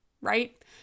right